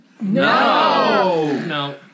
No